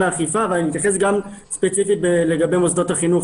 האכיפה ולהתייחס גם ספציפית לגבי מוסדות החינוך,